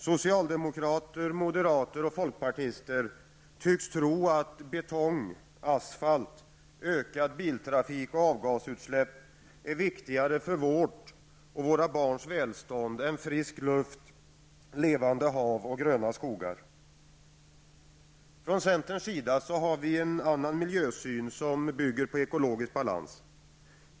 Socialdemokrater, moderater och folkpartister tycks tro att betong, asfalt, ökad biltrafik och avgasutsläpp är viktigare för vårt och våra barns välstånd än frisk luft, levande hav och gröna skogar. Från centerns sida har vi en annan miljösyn som bygger på ekologisk balans.